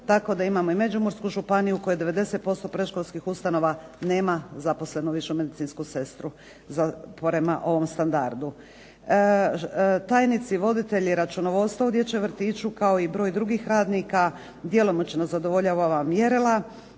Tako da imamo i Međimursku županiju u kojoj 90% predškolskih ustanova nema zaposleno višu medicinsku sestru prema ovom standardu. Tajnici, voditelji računovodstva u dječjem vrtiću kao i broj drugih radnika djelomično zadovoljava ova mjerila